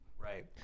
Right